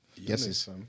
Yes